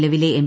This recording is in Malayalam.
നിലവിലെ എം